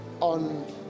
on